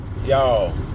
Y'all